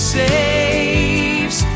saves